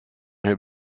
have